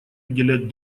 уделять